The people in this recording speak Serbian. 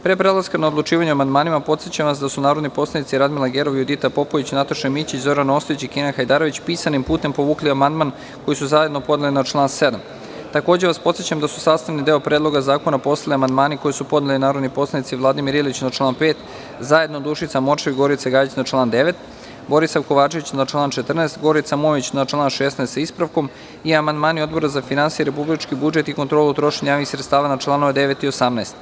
Pre prelaska na odlučivanje o amandmanima, podsećam vas da su narodni poslanici: Radmila Gerov, Judita Popović, Nataša Mićić, Zoran Ostojić i Kenan Hajdarević pisanim putem povukli amandman koji su zajedno podneli na član 7. Takođe vas podsećam da su sastavni deo Predloga zakona postali amandmani koje su podneli narodni poslanici: Vladimir Ilić na član 5, zajedno Dušica Morčev i Gorica Gajić na član 9, Borisav Kovačević na član 14, Gorica Mojović na član 16. sa ispravkom i amandmani Odbora za finansije, republički budžet i kontrolu trošenja javnih sredstava na članove 9. i 18.